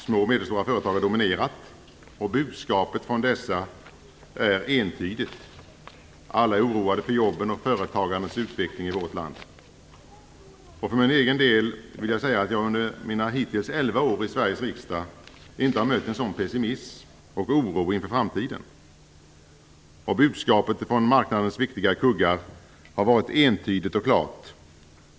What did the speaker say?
Små och medelstora företag har dominerat. Budskapet från dessa är entydigt. Alla är oroade för jobben och företagandets utveckling i vårt land. För min egen del vill jag säga att jag under mina hittills elva år i Sveriges riksdag inte har mött en sådan pessimism och oro inför framtiden. Budskapet från marknadens viktiga kuggar har varit entydigt och klart.